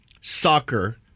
soccer